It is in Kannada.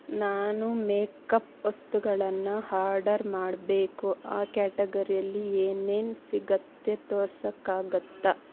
ನಾನು ಮೇಕಪ್ ವಸ್ತುಗಳನ್ನು ಹಾರ್ಡರ್ ಮಾಡಬೇಕು ಆ ಕ್ಯಾಟಗರಿಯಲ್ಲಿ ಏನೇನು ಸಿಗುತ್ತೆ ತೋರ್ಸೋಕ್ಕಾಗತ್ತ